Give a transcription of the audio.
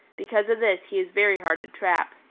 because of this he is very hard to trap.